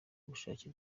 ubushake